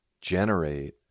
generate